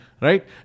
Right